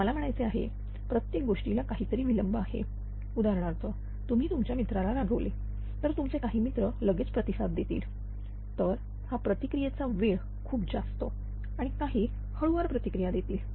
मला म्हणायचे आहे प्रत्येक गोष्टीला काहीतरी विलंब आहे उदाहरणार्थ तुम्ही तुमच्या मित्राला रागवले तर तुमचे काही मित्र लगेच प्रतिसाद देतील तर हा प्रतिक्रियेचा वेळ खूप जास्त आणि काही हळूवार प्रतिक्रिया देतील